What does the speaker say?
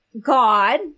God